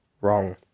Wrong